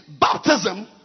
baptism